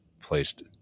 placed